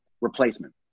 replacement